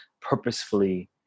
purposefully